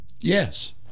Yes